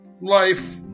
life